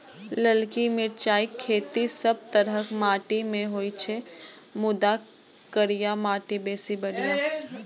ललकी मिरचाइक खेती सब तरहक माटि मे होइ छै, मुदा करिया माटि बेसी बढ़िया